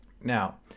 Now